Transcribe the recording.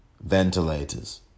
ventilators